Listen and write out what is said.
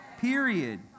period